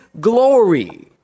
glory